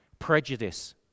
Prejudice